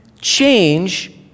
change